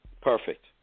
Perfect